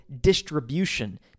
distribution